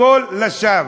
הכול לשווא.